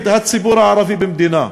נגד הציבור הערבי במדינה.